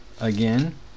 Again